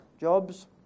jobs